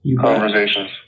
conversations